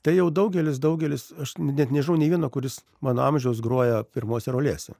tai jau daugelis daugelis aš net nežinau nė vieno kuris mano amžiaus groja pirmose rolėse